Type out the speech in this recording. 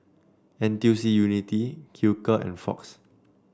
N T U C Unity Hilker and Fox